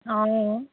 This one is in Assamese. অঁ